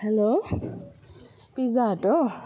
hello Pizza Hut हो